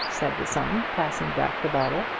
said the son, passing back the bottle.